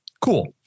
Cool